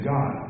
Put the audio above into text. God